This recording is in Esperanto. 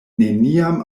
neniam